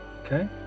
Okay